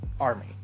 army